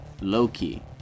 Loki